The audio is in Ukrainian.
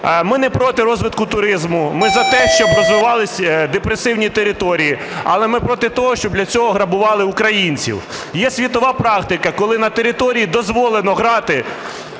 ми не проти розвитку туризму. Ми за те, щоб розвивались депресивні території. Але ми проти того, щоб для цього грабували українців. Є світова практика, коли на території дозволено грати